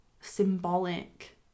symbolic